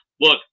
look